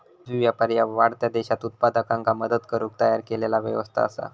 वाजवी व्यापार ह्या वाढत्या देशांत उत्पादकांका मदत करुक तयार केलेला व्यवस्था असा